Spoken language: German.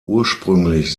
ursprünglich